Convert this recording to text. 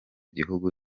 gihugu